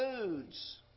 foods